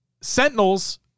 Sentinels